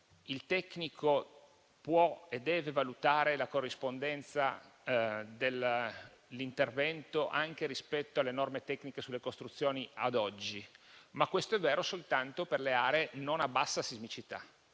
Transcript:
il tecnico può e deve valutare la corrispondenza dell'intervento anche rispetto alle norme tecniche sulle costruzioni ad oggi. Ma questo è vero soltanto per le aree non a bassa sismicità.